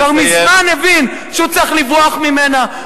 כבר מזמן הבין שהוא צריך לברוח ממנה,